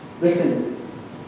Listen